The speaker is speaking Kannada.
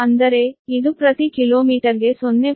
ಅಂದರೆ ಇದು ಪ್ರತಿ ಕಿಲೋಮೀಟರ್ಗೆ 0